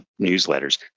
newsletters